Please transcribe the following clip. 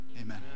amen